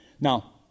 Now